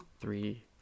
three